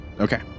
Okay